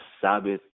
Sabbath